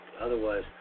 otherwise